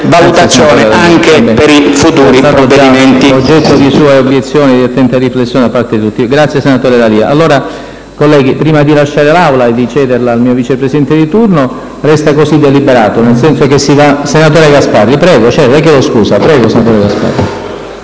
Grazie, signor Presidente.